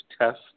test